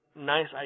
nice